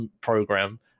program